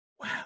wow